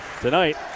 tonight